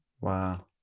Wow